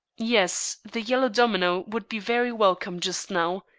yes, the yellow domino would be very welcome just now,